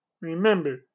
Remember